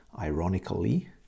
ironically